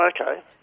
okay